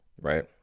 Right